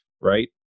right